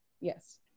yes